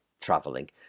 traveling